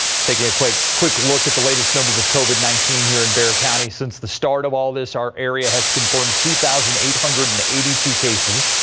taking a quick quick look at the latest numbers of covid nineteen here in bexar county since the start of all this are area has confirmed two thousand eight hundred and eighty two cases,